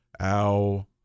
ow